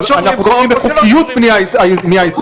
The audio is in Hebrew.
אנחנו בודקים את חוקיות הבנייה הישראלית.